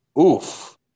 Oof